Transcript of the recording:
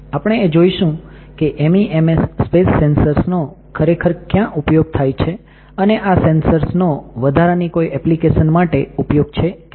આપણે એ જોઈશું કે MEMS સ્પેસ સેન્સર્સ નો ખરેખર ક્યાં ઉપયોગ થાય છે અને આ સેન્સર્સનો વધારાની કોઈ ઍપ્લિકેશન માટે ઉપયોગ છે કે નહિ